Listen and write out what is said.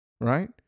right